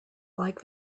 like